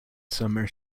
summer